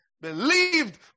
Believed